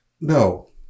No